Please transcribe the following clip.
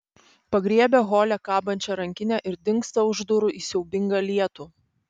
pagriebia hole kabančią rankinę ir dingsta už durų į siaubingą lietų